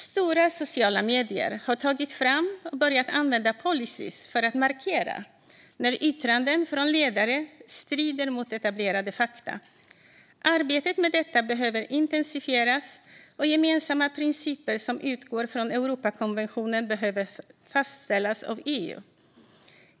Stora sociala medier har tagit fram och börjat använda policyer för att markera när yttranden från ledare strider mot etablerade fakta. Arbetet med detta behöver intensifieras, och gemensamma principer som utgår från Europakonventionen behöver fastställas av EU.